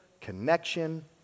connection